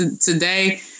today